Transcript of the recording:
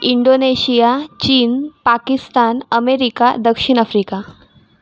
Indonesia चीन Pakistan America दक्षिण Africa